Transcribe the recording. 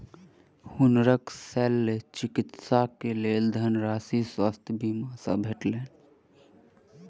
हुनकर शल्य चिकित्सा के लेल धनराशि स्वास्थ्य बीमा से भेटलैन